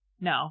No